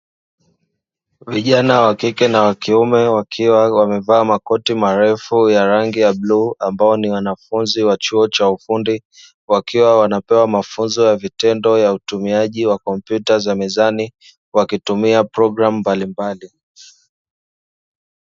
Vijana wakike na wakiume wakiwa wamevaa makoti marefu ya rangi ya bluu, ambao ni wanafunzi wa chuo cha ufundi wakiwa wanapewa mafunzo ya vitendo ya utumiaji wa kompyuta za mezani wakitumia programu mbalimbali.